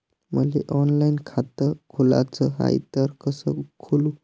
मले ऑनलाईन खातं खोलाचं हाय तर कस खोलू?